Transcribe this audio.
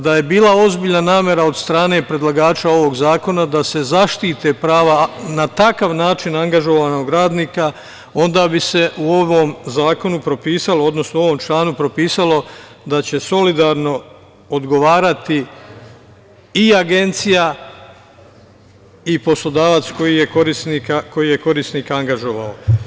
Da je bila ozbiljna namera od strane predlagača ovog zakona da se zaštite prava na takav način angažovanog radnika, onda bi se u ovom članu propisalo da će solidarno odgovarati i Agencija i poslodavac koji je korisnika angažovao.